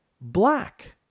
Black